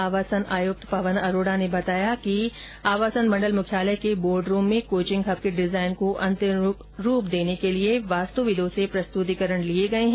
आवासन आयुक्त पवन अरोड़ा ने बताया कि मंडल मुख्यालय के बोर्ड रूम में कोचिंग हब के डिजाइन को अंतिम रूप देने के लिए वास्तुविदों से प्रस्तुतिकरण लिए गए हैं